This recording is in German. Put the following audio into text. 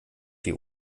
die